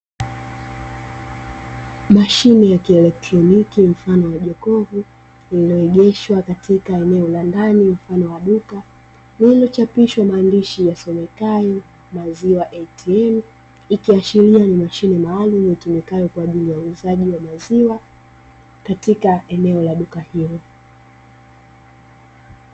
Mashine ya kielektroniki mfano wa jokofu lililoegeshwa katika eneo la ndani mfano wa duka, lenye maneno yasomekayo "maziwa atm", ikiashiria ni mashine maalumu itumikayo kwa ajili ya uuzaji wa maziwa katika eneo la duka hilo.